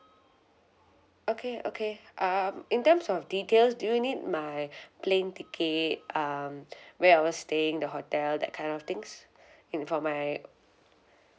okay okay um in terms of details do you need my plane ticket um where I was staying the hotel that kind of things and for my